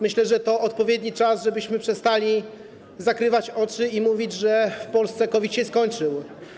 Myślę, że to odpowiedni czas, żebyśmy przestali zakrywać oczy i mówić, że w Polsce COVID się skończył.